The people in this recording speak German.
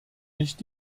nicht